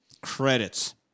Credits